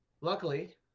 Luckily